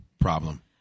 problem